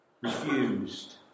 refused